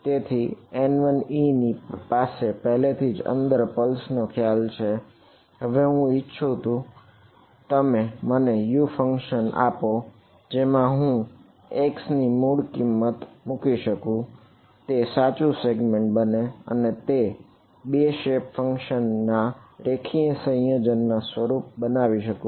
તેથી N1e ની પાસે પહેલેથી જ અંદર પલ્સ ના રેખીય સંયોજનના રૂપે બનાવી શકું